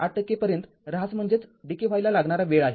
८ टक्के पर्यंत ऱ्हास Decay व्हायला लागणार वेळ आहे